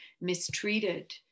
mistreated